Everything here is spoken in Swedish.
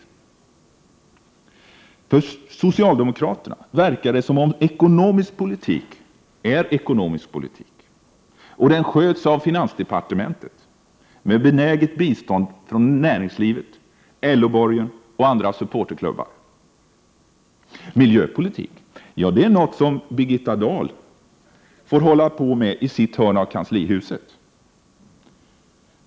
92 För socialdemokraterna verkar det som om ekonomisk politik är ekono misk politik och som om den sköts av finansdepartementet med benäget bistånd från näringslivet, LO-borgen och andra supporterklubbar. Miljöpolitik, det är något som Birgitta Dahl får hålla på med i sitt hörn av kanslihuset.